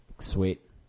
Sweet